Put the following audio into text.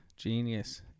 Genius